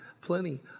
plenty